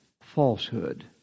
falsehood